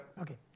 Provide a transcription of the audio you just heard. Okay